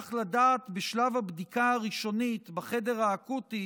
וכך לדעת בשלב הבדיקה הראשונית בחדר האקוטי